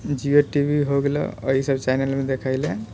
Jio TV हो गेलौ ई सब चैनलमे देखै ले